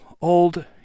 old